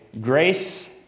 grace